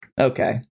Okay